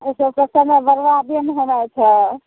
ईसब तऽ समय बेरबादे नहि हेनाइ छै